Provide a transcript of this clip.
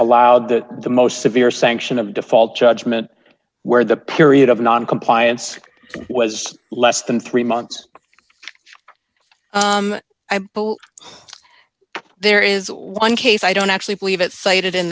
allowed that the most severe sanction of default judgment where the period of noncompliance was less than three months i believe there is one case i don't actually believe it cited in